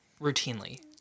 routinely